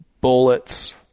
bullets